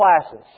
classes